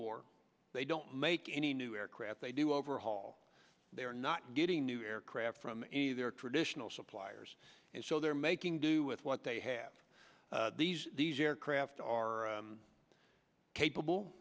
war they don't make any new aircraft they do overhaul they are not getting new aircraft from their traditional suppliers and so they're making do with what they have these aircraft are capable